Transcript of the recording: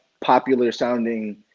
popular-sounding